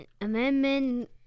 amendment